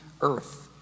earth